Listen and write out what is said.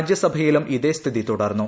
രാജ്യസഭയിലും ഇതേ സ്ഥിതി തുടർന്നു